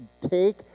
take